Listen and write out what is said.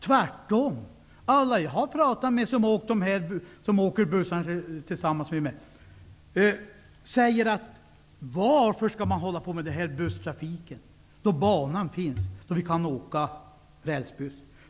Tvärtom har alla som jag talat med och som åker bussen sagt: Varför skall man hålla på med denna busstrafik då banan finns och man kan åka rälsbuss?